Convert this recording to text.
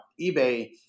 eBay